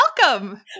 welcome